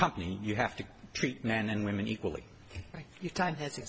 company you have to treat men and women equally your time has